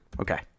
Okay